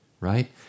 right